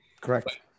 Correct